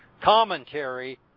commentary